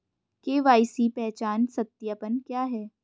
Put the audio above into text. KYC पहचान सत्यापन क्या है?